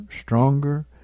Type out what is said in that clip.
stronger